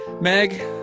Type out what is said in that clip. meg